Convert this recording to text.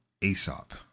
Aesop